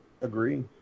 Agree